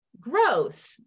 growth